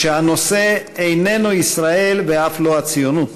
שהנושא איננו ישראל ואף לא הציונות.